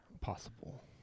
possible